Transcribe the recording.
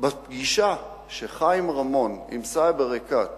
בפגישה של חיים רמון עם סאיב עריקאת